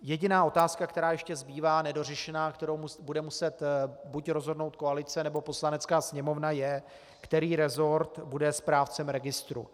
Jediná otázka, která ještě zbývá nedořešená a kterou bude muset rozhodnout buď koalice, nebo Poslanecká sněmovna, je, který resort bude správcem registru.